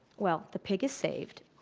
well, the pig is saved,